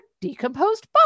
decomposed